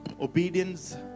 Obedience